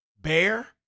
bear